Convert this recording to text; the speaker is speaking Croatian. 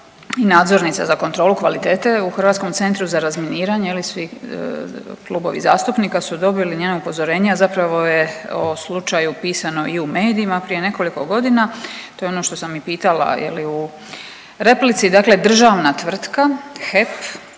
i nadzornica za kontrolu kvalitete u Hrvatskom centru za razminiranje je li svi klubovi zastupnika su dobili njeno upozorenje, a zapravo je o slučaju pisano i u medijima prije nekoliko godina, to je ono što sam i pitala je li u replici, dakle državna tvrtka HEP